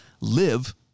live